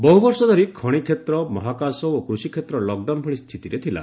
ବହୁବର୍ଷ ଧରି ଖଣିକ୍ଷେତ୍ର ମହାକାଶ ଓ କୃଷିକ୍ଷେତ୍ର ଲକଡାଉନ ଭଳି ସ୍ଥିତିରେ ଥିଲା